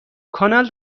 کانال